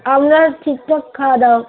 আমরা ঠিকঠাক খাওয়া দাওয়া